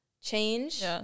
change